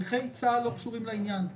נכי צה"ל לא קשורים לעניין.